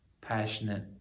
passionate